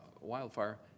wildfire